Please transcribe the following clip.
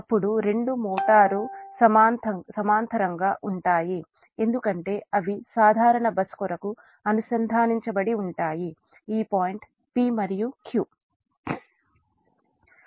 అప్పుడు రెండు మోటార్లు సమాంతరంగా ఉంటాయి ఎందుకంటే అవి సాధారణ బస్ బార్ కు అనుసంధానించబడి ఉంటాయి ఈ పాయింట్ p మరియు q